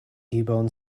bone